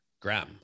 Graham